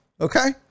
Okay